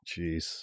Jeez